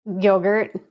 Yogurt